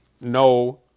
no